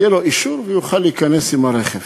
יהיה לו אישור והוא יוכל להיכנס עם הרכב.